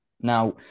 Now